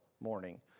morning